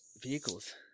Vehicles